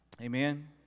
Amen